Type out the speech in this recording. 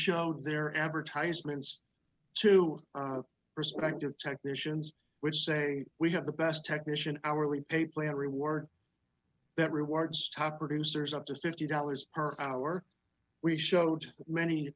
showed their advertisements to prospective technicians would say we had the best technician hourly pay plant reward that rewards top producers up to fifty dollars per hour we showed many